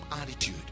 attitude